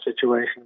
situation